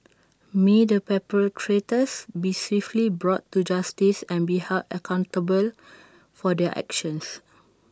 may the perpetrators be swiftly brought to justice and be held accountable for their actions